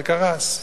זה קרס.